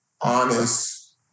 honest